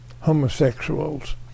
homosexuals